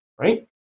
right